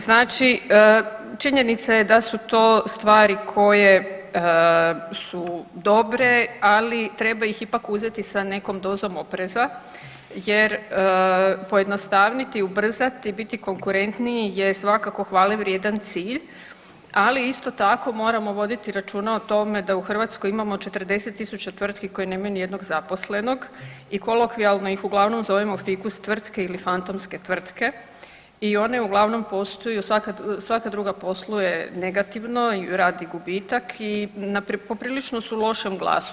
Znači činjenica je da su to stvari koje su dobre, ali treba ih ipak uzeti sa nekom dozom opreza jer pojednostavniti, ubrzati, biti konkurentniji jer svakako hvale vrijedan cilj, ali isto tako moramo voditi račun o tome da u Hrvatskoj imamo 40.000 tvrtki koje nemaju niti jednog zaposlenog i kolokvijalno ih uglavnom zovemo fikus tvrtke ili fantomske tvrtke i one uglavnom posluju, svaka druga posluje negativno i radi gubitak i na poprilično su lošem glasu.